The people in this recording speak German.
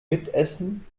mitessen